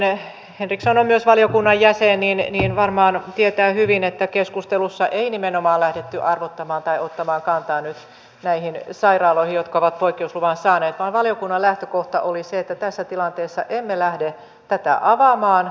kun henriksson on myös valiokunnan jäsen niin hän varmaan tietää hyvin että keskustelussa ei nimenomaan lähdetty arvottamaan tai ottamaan kantaa nyt näihin sairaaloihin jotka ovat poikkeusluvan saaneet vaan valiokunnan lähtökohta oli se että tässä tilanteessa emme lähde tätä avaamaan